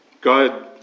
God